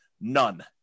None